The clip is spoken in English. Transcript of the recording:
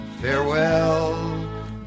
farewell